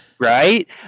right